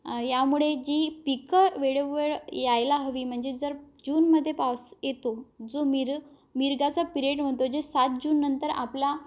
आणि यामुळे जी पिकं वेळोवेळ यायला हवी म्हणजे जर जून मध्ये पाऊस येतो जो मिर मिरगाचा पिरिेयड म्हणतो जे सात जून नंतर आपला